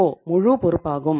ஓவின் முழு பொறுப்பாகும்